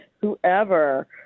whoever